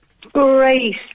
Great